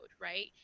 Right